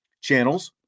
channels